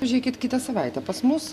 užeikit kitą savaitę pas mus